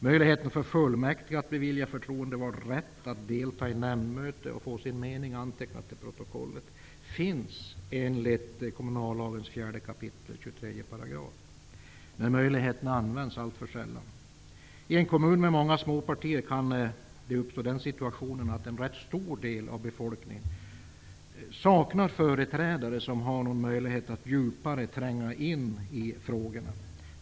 Möjligheten för fullmäktige att bevilja en förtroendevald rätt att delta i nämndmöte och få sin mening antecknad i protokollet finns enligt 4 kap. 23 § kommunallagen. Men möjligheten utnyttjas alltför sällan. I en kommun med många småpartier kan den situationen uppstå att en rätt stor del av befolkningen saknar företrädare som har möjlighet att djupare tränga in i frågorna.